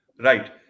right